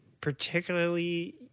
particularly